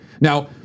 Now